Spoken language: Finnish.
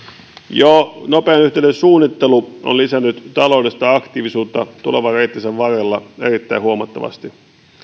jo nopean yhteyden suunnittelu on lisännyt taloudellista aktiivisuutta tulevan reittinsä varrella erittäin huomattavasti